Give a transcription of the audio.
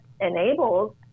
enables